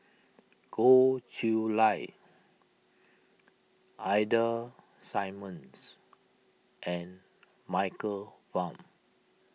Goh Chiew Lye Ida Simmons and Michael Fam